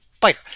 fighter